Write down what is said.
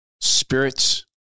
spirits